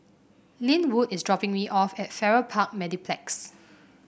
Lynwood is dropping me off at Farrer Park Mediplex